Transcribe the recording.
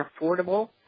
affordable